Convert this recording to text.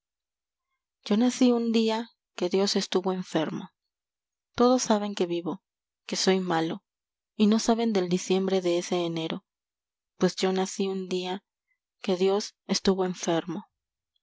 yo nací un día que dios estuvo enfermo todos saben que vivo que soy malo y no saben del diciembre de ese enero pues yo nací un día que dios estuvo enfermo